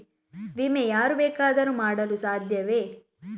ವಿಮೆ ಯಾರು ಬೇಕಾದರೂ ಮಾಡಲು ಸಾಧ್ಯವೇ?